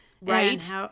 Right